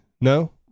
No